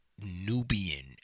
Nubian